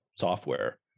software